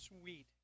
Sweet